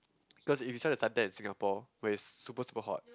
cause if you try to satay in Singapore where is super super hot